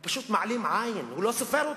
הוא פשוט מעלים עין, הוא לא סופר אותם,